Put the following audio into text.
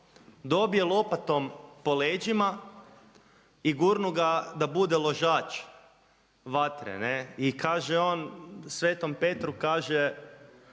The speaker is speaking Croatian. dobije lopatom po leđima i gurnu ga da bude ložač vatre, ne. I kaže on Svetom Petru kaže